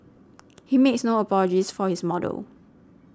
he makes no apologies for his model